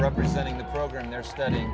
representing the program they're studying